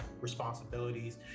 responsibilities